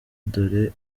dore